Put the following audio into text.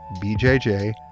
B-J-J